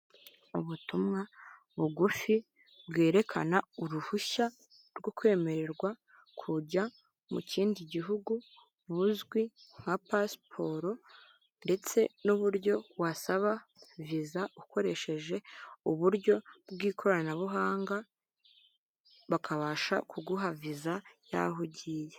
Ubutumwa bugufi, bwerekana uruhushya rwo kwemererwa kujya mu kindi gihugu, buzwi nka pasiporo, ndetse n'uburyo wasaba viza ukoresheje uburyo bw'ikoranabuhanga, bakabasha kuguha viza y'aho ugiye.